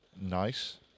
nice